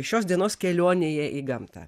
šios dienos kelionėje į gamtą